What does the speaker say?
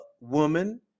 woman